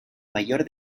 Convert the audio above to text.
mayor